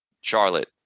Charlotte